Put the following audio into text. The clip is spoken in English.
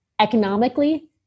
economically